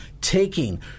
Taking